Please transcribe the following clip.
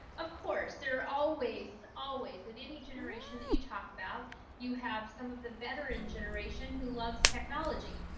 of course, there are always always in any generation that you talk about you have some of the veteran generation who loves technology.